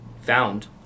found